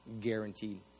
guaranteed